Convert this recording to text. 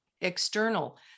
external